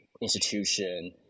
institution